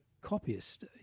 Copyist